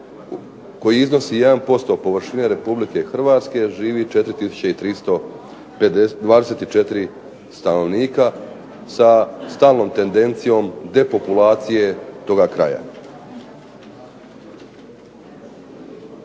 koji iznosi 1% površine Republike Hrvatske živi 4 tisuće 324 stanovnika sa stalnom tendencijom depopulacije toga kraja.